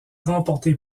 remporté